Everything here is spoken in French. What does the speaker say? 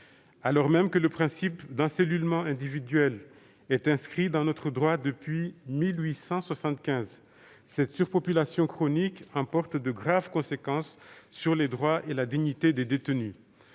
Alors même que le principe d'encellulement individuel est inscrit dans notre droit depuis 1875, cette surpopulation chronique emporte de graves conséquences sur les droits et la dignité des détenus.